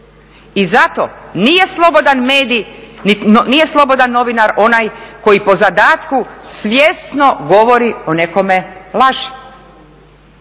I zato nije slobodan novinar onaj koji po zadatku svjesno govori o nekome laži.